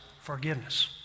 forgiveness